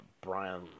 Brian